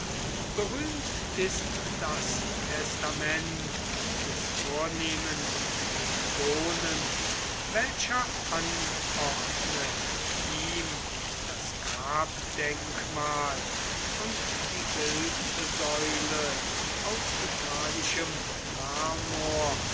berühmt ist das testament des vornehmen lingonen welcher anordnet ihm das grabdenkmal und die bildsäule aus italischem marmor